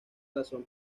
razón